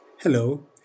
Hello